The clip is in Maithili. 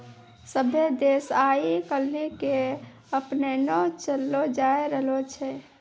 सभ्भे देश आइ काल्हि के अपनैने चललो जाय रहलो छै